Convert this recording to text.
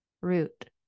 Root